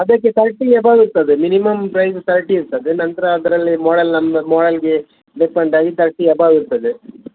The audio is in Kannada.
ಅದಕ್ಕೆ ತರ್ಟಿ ಎಬೌ ಇರ್ತದೆ ಮಿನಿಮಮ್ ಪ್ರೈಸ್ ತರ್ಟಿ ಇರ್ತದೆ ನಂತರ ಅದರಲ್ಲಿ ಮಾಡೆಲ್ ನಂಬರ್ ಮಾಡೆಲ್ಗೆ ಒಂದು ತರ್ಟಿ ಎಬೌ ಇರ್ತದೆ